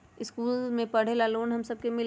इश्कुल मे पढे ले लोन हम सब के मिली?